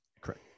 Correct